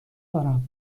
دارم